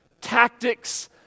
tactics